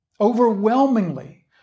overwhelmingly